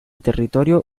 territorio